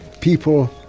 people